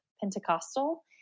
Pentecostal